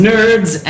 Nerds